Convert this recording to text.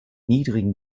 niedrigen